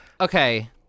Okay